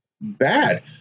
bad